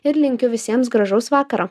ir linkiu visiems gražaus vakaro